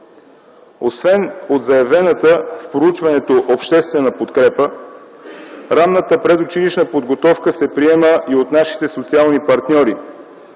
Освен от заявената в проучването обществена подкрепа, ранната предучилищна подготовка се приема и от нашите социални партньори